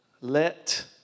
Let